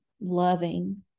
loving